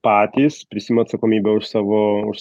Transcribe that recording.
patys prisiima atsakomybę už savo už